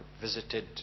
visited